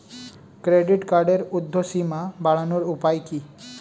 Credit কার্ডের উর্ধ্বসীমা বাড়ানোর উপায় কি?